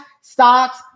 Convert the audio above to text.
stocks